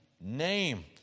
name